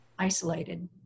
isolated